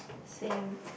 same